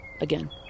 again